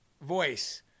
voice